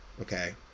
Okay